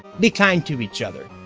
be kind to each other.